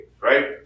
right